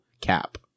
Cap